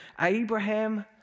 Abraham